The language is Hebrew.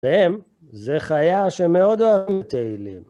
הם, זה חיה שמאוד אוהבים תהילים.